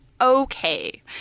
okay